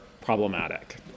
problematic